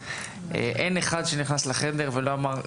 אין אחד שנכנס לחדר ולא אמר,